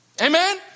Amen